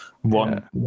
one